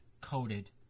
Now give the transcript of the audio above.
coated